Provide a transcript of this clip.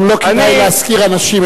גם לא כדאי להזכיר אנשים,